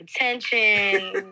attention